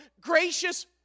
gracious